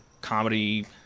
comedy